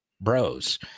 bros